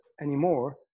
anymore